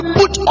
put